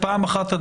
פעם אחת,